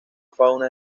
fauna